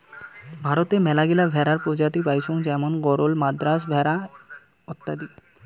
ভারতে মেলাগিলা ভেড়ার প্রজাতি পাইচুঙ যেমন গরল, মাদ্রাজ ভেড়া অত্যাদি